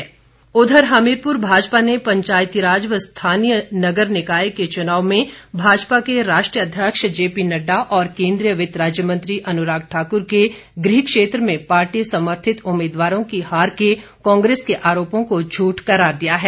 हमीरपुर भाजपा उधर हमीरपुर भाजपा ने पंचायती राज व स्थानीय नगर निकाय के चुनाव में भाजपा के राष्ट्रीय अध्यक्ष जेपी नड्डा और केंद्रीय वित्त राज्य मंत्री अनुराग ठाक्र के गृह क्षेत्र में पार्टी समर्थित उम्मीदवारों की हार के कांग्रेस के आरोपों को जूठ करार दिया है